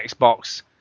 Xbox